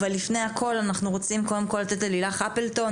אבל לפני הכול אנחנו רוצים קודם כל לתת ללילך אפלטון,